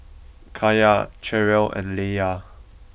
Kaya Cherrelle and Laylah